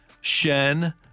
Shen